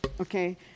Okay